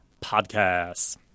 podcasts